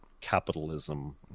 capitalism